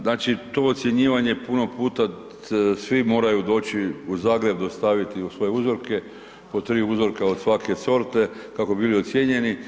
Znači to ocjenjivanje puno puta, svi moraju doći u Zagreb dostaviti svoje uzorke, po tri uzorka od svake sorte kako bi bili ocijenjeni.